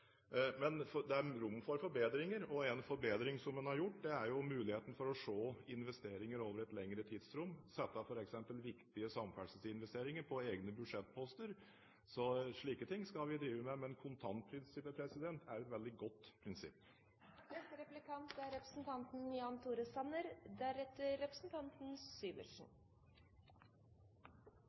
Men det er rom for forbedringer. En forbedring er at man har mulighet for å se investeringer over et lengre tidsrom, f.eks. ved å sette viktige samferdselsinvesteringer på egne budsjettposter. Slike ting skal vi drive med, men kontantprinsippet er et veldig godt prinsipp. Finansministeren la stor vekt på ansvarlighet og viktigheten av å holde igjen i pengebruken i sitt innlegg, og på det punktet er